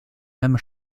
même